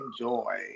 enjoy